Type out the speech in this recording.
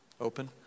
open